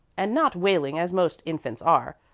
and not wailing as most infants are,